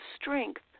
strength